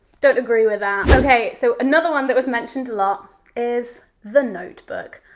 don't agree with that. okay, so another one that was mentioned a lot is the notebook.